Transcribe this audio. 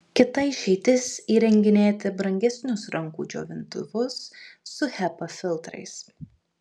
kita išeitis įrenginėti brangesnius rankų džiovintuvus su hepa filtrais